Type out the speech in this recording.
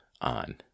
on